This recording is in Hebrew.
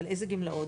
אבל איזה גמלאות?